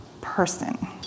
person